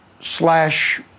slash